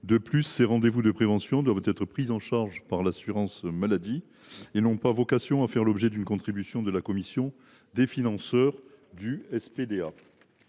En outre, ces rendez vous de prévention doivent être pris en charge par l’assurance maladie et n’ont pas vocation à faire l’objet d’une contribution de la commission des financeurs du SPDA.